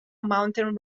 mountain